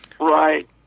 Right